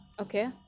Okay